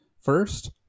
First